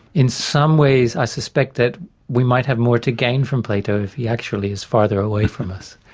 in some ways i suspect that we might have more to gain from plato if he actually is farther away from us,